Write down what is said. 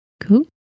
cool